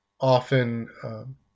often